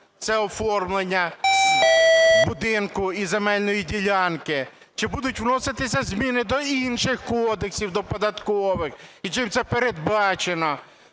це оформлення будинку і земельної ділянки. Чи будуть вноситися зміни до інших кодексів до податкових і чим це передбачено?